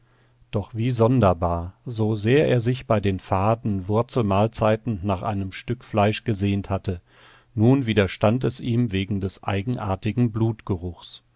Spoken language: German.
doch wie sonderbar so sehr er sich bei den faden wurzelmahlzeiten nach einem stück fleisch gesehnt hatte nun widerstand es ihm wegen des eigenartigen